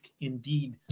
indeed